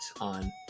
on